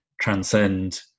transcend